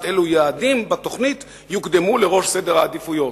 אילו יעדים בתוכנית יוקדמו לראש סדר העדיפויות.